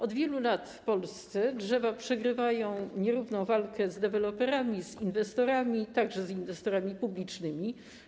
Od wielu lat w Polsce drzewa przegrywają nierówną walkę z deweloperami, inwestorami, także inwestorami publicznymi.